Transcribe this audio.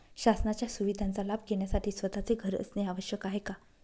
शासनाच्या सुविधांचा लाभ घेण्यासाठी स्वतःचे घर असणे आवश्यक आहे का?